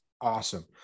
awesome